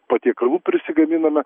patiekalų prisigaminome